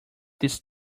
this